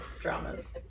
Dramas